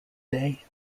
day